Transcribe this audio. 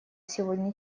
сегодня